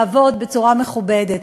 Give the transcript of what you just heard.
לעבוד בצורה מכובדת.